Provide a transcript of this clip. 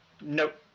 Nope